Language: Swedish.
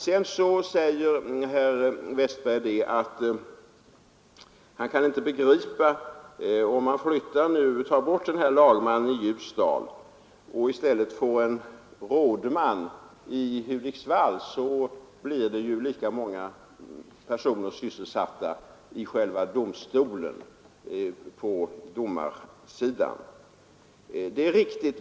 Herr Westberg säger att han inte kan begripa annat än att om man tar bort lagmannen i Ljusdal och i stället får en rådman i Hudiksvall, så blir det lika många personer sysselsatta i själva domstolen på domarsidan. Det är riktigt.